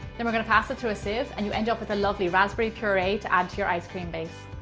then we're going to pass it through a sieve and you end up with a lovely raspberry puree to add to your ice cream base.